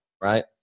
right